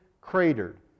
cratered